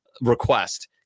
request